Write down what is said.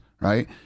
right